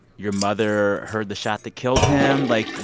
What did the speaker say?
your mother heard the shot that killed him. like,